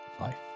life